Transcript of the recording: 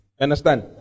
Understand